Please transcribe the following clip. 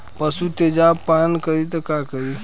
पशु तेजाब पान करी त का करी?